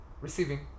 receiving